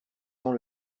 sans